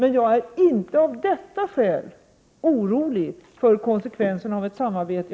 Av detta skäl är jag inte orolig för konsekvenserna av ett samarbete.